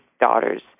daughters